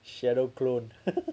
shadow clone